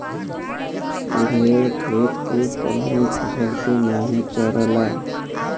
भेड़ खेत के कवनो फसल के नाही चरला